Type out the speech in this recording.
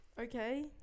okay